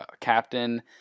captain